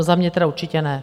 Za mě tedy určitě ne!